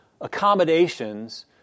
accommodations